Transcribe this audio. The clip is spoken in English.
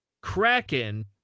kraken